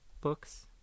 books